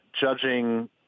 judging